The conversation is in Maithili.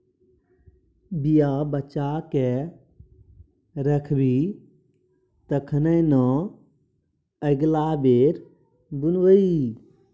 बीया बचा कए राखबिही तखने न अगिला बेर बुनबिही